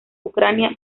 ucrania